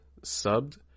subbed